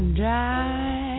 dry